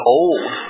old